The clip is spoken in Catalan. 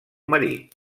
marit